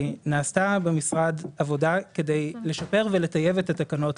כי נעשתה במשרד עבודה כדי לשפר ולטייב את התקנות.